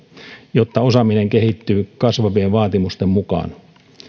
jotta osaaminen kehittyy kasvavien vaatimusten mukaan